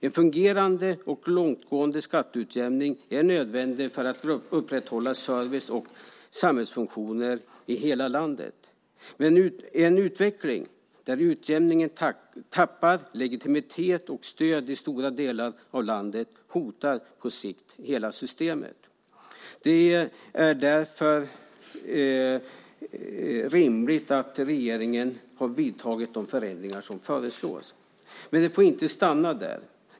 En fungerande och långtgående skatteutjämning är nödvändig för att upprätthålla service och samhällsfunktioner i hela landet. En utveckling där utjämningen tappar legitimitet och stöd i stora delar av landet hotar på sikt hela systemet. Det är därför rimligt att regeringen vidtagit föreslagna förändringar. Men det får inte stanna där.